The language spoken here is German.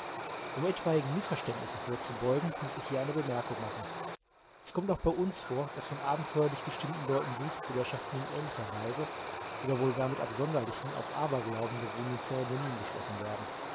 um etwaigen mißverständnissen vorzubeugen muß ich hier eine bemerkung machen es kommt auch bei uns vor daß von abenteuerlich gestimmten leuten blutsbruderschaften in ähnlicher weise oder wohl gar mit absonderlichen auf aberglauben beruhenden zeremonien geschlossen werden